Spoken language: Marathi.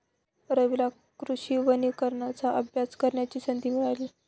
रवीला कृषी वनीकरणाचा अभ्यास करण्याची संधी मिळाली